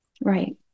Right